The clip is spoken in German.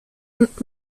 und